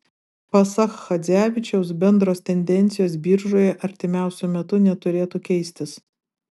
pasak chadzevičiaus bendros tendencijos biržoje artimiausiu metu neturėtų keistis